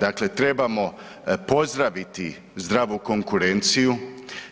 Dakle trebamo pozdraviti zdravu konkurenciju,